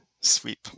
sweep